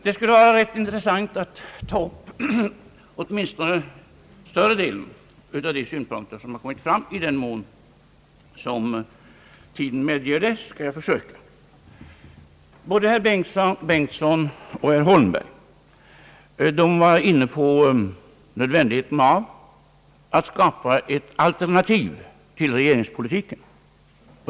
Det skulle vara rätt intressant att ta upp åtminstone större delen av de synpunkter som nu kommit fram, och i den mån som tiden medger det skall jag försöka. Både herr Bengtson och herr Holmberg var inne på nödvändigheten av att skapa ett alternativ till regeringspolitiken.